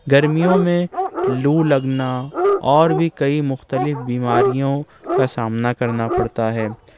گرمیوں میں لو لگنا اور بھی کئی مختلف بیماریوں کا سامنا کرنا پڑتا ہے